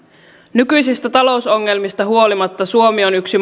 nykyisistä talousongelmista huolimatta suomi on yksi